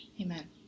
Amen